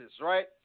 right